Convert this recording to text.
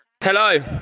Hello